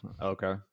okay